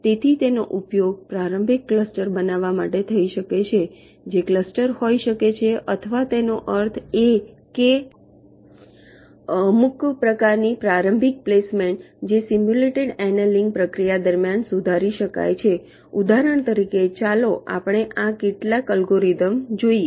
તેથી તેનો ઉપયોગ પ્રારંભિક ક્લસ્ટર બનાવવા માટે થઈ શકે છે જે ક્લસ્ટર હોઈ શકે છે અથવા તેનો અર્થ એ કે અમુક પ્રકારની પ્રારંભિક પ્લેસમેન્ટ જે સિમ્યુલેટેડ એનેલિંગ પ્રક્રિયા દરમિયાન સુધારી શકાય છે ઉદાહરણ તરીકે ચાલો આપણે આ કેટલાક અલ્ગોરિધમ જોઈએ